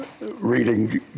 reading